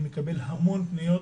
אני מקבל המון פניות,